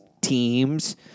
teams